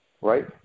right